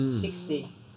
Sixty